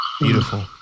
Beautiful